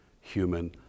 human